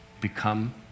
become